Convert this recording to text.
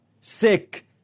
sick